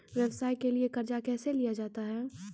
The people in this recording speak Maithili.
व्यवसाय के लिए कर्जा कैसे लिया जाता हैं?